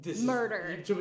murder